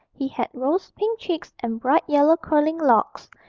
he had rose-pink cheeks and bright yellow curling locks,